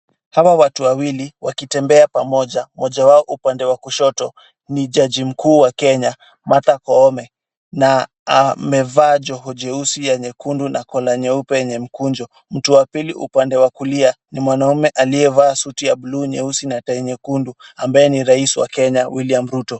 Hawa watu wawili wakitembea pamoja. Mmoja wao upande wa kushoto ni jaji mkuu wa Kenya Martha Koome na amevaa joho jeusi na nyekundu na kola nyeupe yenye mkunjo. Mtu wa pili upande wa kulia ni mwanaume aliyevaa suti nyeusi na tai nyekundu ambaye ni rais wa Kenya William Ruto.